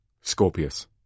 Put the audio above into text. Scorpius